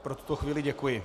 Pro tuto chvíli děkuji.